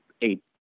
eight